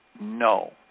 no